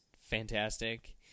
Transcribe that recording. fantastic